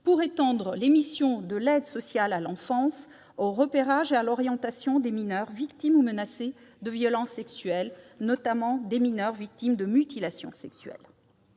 pour étendre les missions de l'aide sociale à l'enfance au « repérage et à l'orientation des mineurs victimes ou menacés de violences sexuelles, notamment des mineures victimes de mutilations sexuelles